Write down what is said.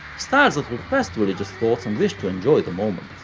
styles that repressed religious thoughts and wished to enjoy the moment.